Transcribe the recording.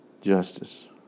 justice